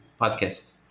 podcast